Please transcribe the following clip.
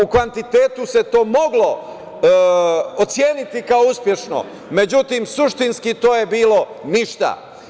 U kvantitetu se to moglo oceniti kao uspešno, međutim, suštinski to je bilo ništa.